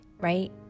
Right